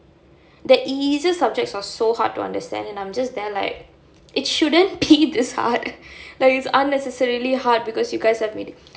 the easiest subject was so hard to understand and I'm just there like it shouldn't be this hard like it's unnecessarily hard because you guys have made it